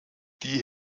die